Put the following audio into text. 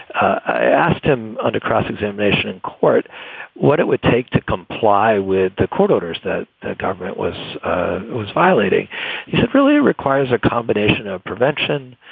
i asked him under cross-examination in court what it would take to comply with the court orders that the government was was violating. so it really requires a combination of prevention,